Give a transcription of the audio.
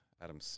Adam